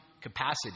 capacity